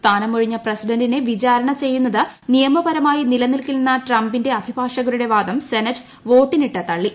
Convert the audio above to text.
സ്ഥാനമൊഴിഞ്ഞ പ്രസിഡന്റിനെ വിചാരണ ചെയ്യുന്നത് നിയമപരമായി നിലനിൽക്കില്ലെന്ന ട്രംപിന്റെ അഭിഭാഷകരുടെ വാദം സെനറ്റ് വോട്ടിനിട്ട് തള്ളി